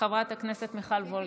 חברת הכנסת מיכל וולדיגר,